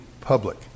public